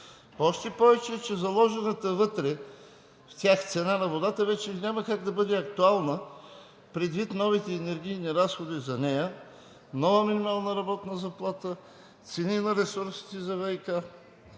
Още повече че заложената вътре в тях цена на водата вече няма как да бъде актуална предвид новите енергийни разходи за нея, новата минимална работна заплата, цените на ресурсите за ВиК